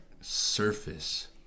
surface